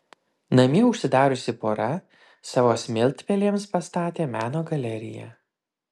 namie užsidariusi pora savo smiltpelėms pastatė meno galeriją